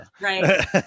Right